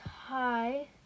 Hi